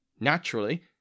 Naturally